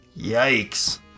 Yikes